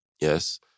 yes